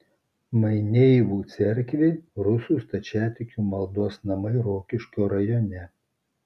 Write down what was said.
maineivų cerkvė rusų stačiatikių maldos namai rokiškio rajone